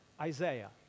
Isaiah